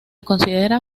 considera